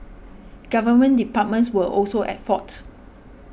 government departments were also at fault